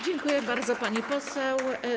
Dziękuję bardzo, pani poseł.